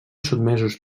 sotmesos